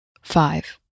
five